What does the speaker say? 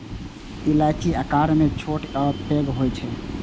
इलायची आकार मे छोट आ पैघ होइ छै